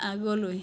আগলৈ